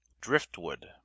Driftwood